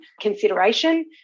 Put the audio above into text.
consideration